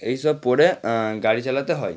এইসব পরে গাড়ি চালাতে হয়